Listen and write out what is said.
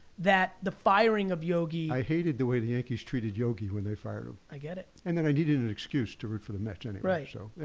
that the firing of yogi i hated the way the yankees treated yogi when they fired him. i get it. and then i needed an excuse to root for the mets, anyway. so,